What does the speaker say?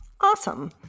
Awesome